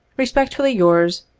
respectfully, yours,